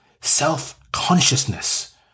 self-consciousness